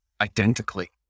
identically